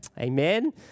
Amen